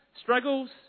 struggles